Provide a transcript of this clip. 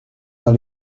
dans